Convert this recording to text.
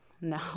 No